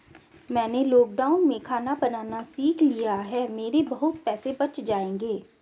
मैंने लॉकडाउन में खाना बनाना सीख लिया है, मेरे बहुत पैसे बच जाएंगे